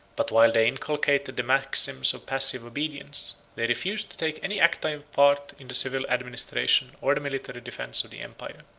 but while they inculcated the maxims of passive obedience, they refused to take any active part in the civil administration or the military defence of the empire.